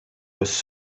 was